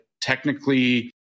technically